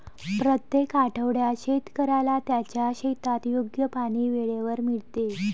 प्रत्येक आठवड्यात शेतकऱ्याला त्याच्या शेतात योग्य पाणी वेळेवर मिळते